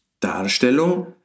Darstellung